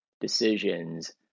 decisions